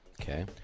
Okay